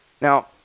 Now